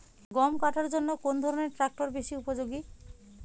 গম কাটার জন্য কোন ধরণের ট্রাক্টর বেশি উপযোগী?